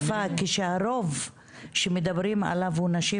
כשהרוב שמדברים עליו הוא נשים,